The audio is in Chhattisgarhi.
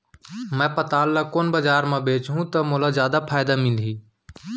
मैं पताल ल कोन बजार म बेचहुँ त मोला जादा फायदा मिलही?